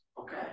Okay